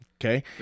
Okay